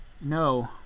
No